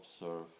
observe